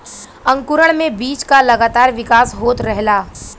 अंकुरण में बीज क लगातार विकास होत रहला